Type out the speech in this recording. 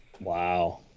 wow